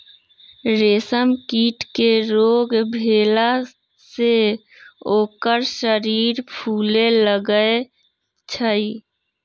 रेशम कीट के रोग भेला से ओकर शरीर फुले लगैए छइ